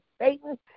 Satan